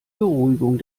beruhigung